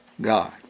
God